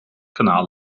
kanaal